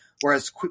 Whereas